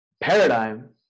paradigm